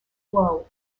flow